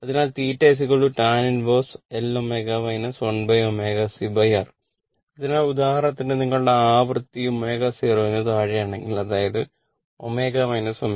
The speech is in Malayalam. അതിനാൽ ഉദാഹരണത്തിന് നിങ്ങളുടെ ആവൃത്തി ω0 ന് താഴെയാണെങ്കിൽ അതായത് ω ω0